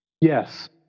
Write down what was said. Yes